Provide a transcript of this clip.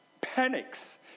panics